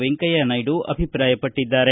ವೆಂಕಯ್ಯನಾಯ್ಡ ಅಭಿಪ್ರಾಯಪಟ್ಟಿದ್ದಾರೆ